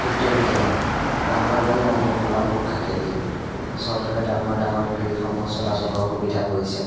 কিন্তু এতিয়া কমলাবাৰী আৰু অফলামুখ ঘাটে দি চৰকাৰে ডাঙৰ ডাঙৰ ফেৰিসমূহ চলাচলৰ সুবিধা কৰিছে